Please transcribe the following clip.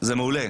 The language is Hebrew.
זה מעולה,